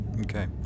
okay